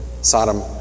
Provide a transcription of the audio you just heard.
Sodom